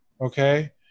okay